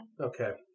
Okay